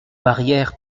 barrière